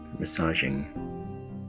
massaging